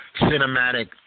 cinematic